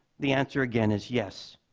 the answer again is, yes.